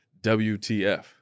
WTF